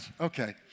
Okay